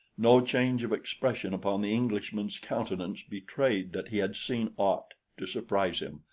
no change of expression upon the englishman's countenance betrayed that he had seen aught to surprise him,